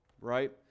right